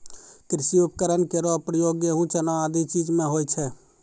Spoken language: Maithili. कृषि उपकरण केरो प्रयोग गेंहू, चना आदि चीज म होय छै